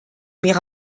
ihre